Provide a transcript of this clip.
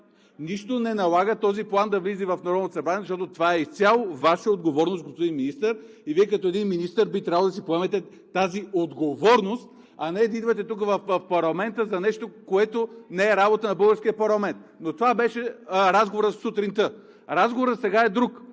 нищо не налага този план да влиза в Народното събрание, защото това е изцяло Ваша отговорност, господин Министър и Вие като един министър би трябвало да си поемете тази отговорност, а не да идвате тук в парламента за нещо, което не е работа на българския парламент. Но това беше разговорът сутринта. Разговорът сега е друг